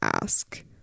ask